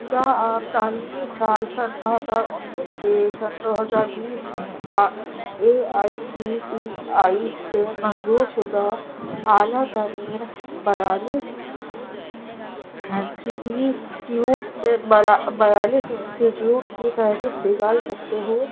کیا آپ تعلیمی سال سن دو ہزار انیس سے سن دو ہزار بیس میں A I C T E سے منظور شدہ اعلی ترین بیالیس انسٹیٹیوٹ بیالیس انسٹیٹیوٹ کی فہرست نکال سکتے ہو